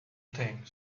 thing